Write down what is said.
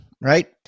right